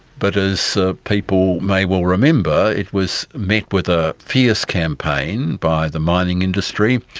but as people may well remember it was met with a fierce campaign by the mining industry,